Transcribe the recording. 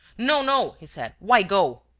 no, no, he said. why go?